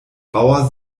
bauer